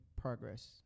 progress